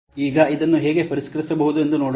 ಈಗ ಇದನ್ನು ಹೇಗೆ ಪರಿಷ್ಕರಿಸಬಹುದು ಎಂದು ನೋಡೋಣ